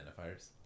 identifiers